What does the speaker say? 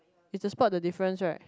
it's a spot the difference right